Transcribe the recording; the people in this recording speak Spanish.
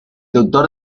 doctor